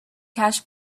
catch